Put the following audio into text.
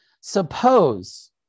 Suppose